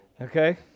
okay